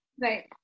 Right